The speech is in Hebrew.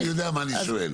אני יודע מה אני שואל.